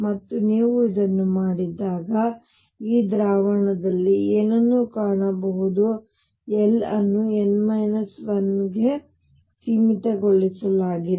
ಮತ್ತು ನೀವು ಇದನ್ನು ಮಾಡಿದಾಗ ಈ ದ್ರಾವಣದಲ್ಲಿ ಏನನ್ನು ಕಾಣಬಹುದು l ಅನ್ನು n 1 ಕ್ಕೆ ಸೀಮಿತಗೊಳಿಸಲಾಗಿದೆ